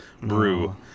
Brew